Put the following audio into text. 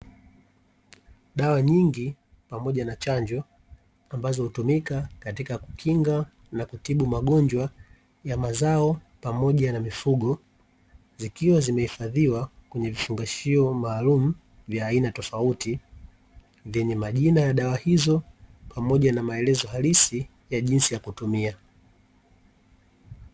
Dawa nyingi pamoja na chanjo, ambazo hutumika katika kukinga na kutibu magonjwa ya mazao pamoja na mifugo. Zikiwa zimehifadhiwa kwenye vifungashio maalumu vya aina tofauti, vyenye majina ya dawa hizo pamoja na maelezo halisi ya jinsi ya kutumia.